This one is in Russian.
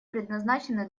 предназначены